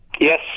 Yes